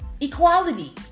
equality